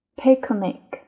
picnic